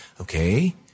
okay